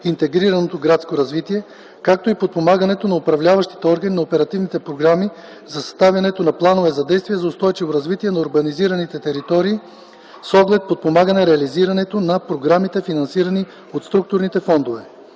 интегрираното градско развитие, както и подпомагането на управляващите органи на оперативните програми за съставянето на планове за действие за устойчивото развитие на урбанизираните територии с оглед подпомагане реализирането на програмите, финансирани от Структурните фондове.